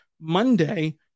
Monday